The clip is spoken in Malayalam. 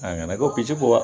അങ്ങനെ ഒക്കെ ഒപ്പിച്ച് പോവാം